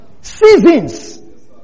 seasons